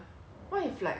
你买一个橱